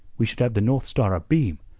we should have the north star abeam,